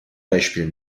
beispiel